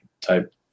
type